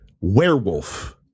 Werewolf